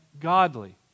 godly